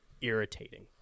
irritating